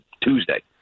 Tuesday